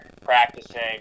practicing